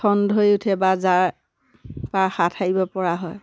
ঠন ধৰি উঠে বা জাৰৰপৰা হাত সাৰিব পৰা হয়